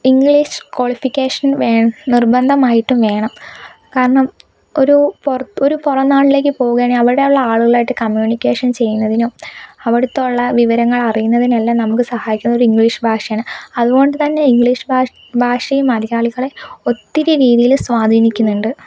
English qualification വേ നിർബന്ധമായിട്ടും വേണം കാരണം ഒരു പുറത്ത് ഒരു പുറം നാട്ടിലേയ്ക്ക് പോവുകാണെൽ അവിടുള്ള ആളുകളായിട്ട് കമ്മ്യൂണിക്കേഷൻ ചെയ്യുന്നതിനും അവിടത്തൊള്ള വിവരങ്ങൾ അറിയുന്നതിനെല്ലാം നമുക്ക് സഹായിക്കുന്നത് ഒര് ഇംഗ്ളീഷ് ഭാഷയാണ് അതുകൊണ്ടു തന്നെ ഇംഗ്ളീഷ് ഭാഷ് ഭാഷയെ മലയാളികളെ ഒത്തിരി രീതിയില് സ്വാധീനിക്കുന്നുണ്ട്